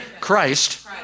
Christ